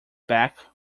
back